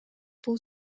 бул